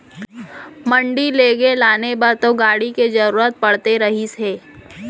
मंडी लेगे लाने बर तो गाड़ी के जरुरत पड़ते रहिस हे